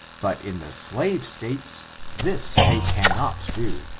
but in the slave states, this they cannot do,